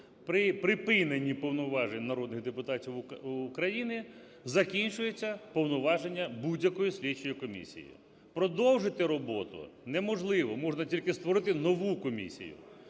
При припиненні повноважень народних депутатів України закінчуються повноваження будь-якої слідчої комісії. Продовжити роботу неможливо, можна тільки створити нову комісію.